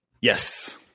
Yes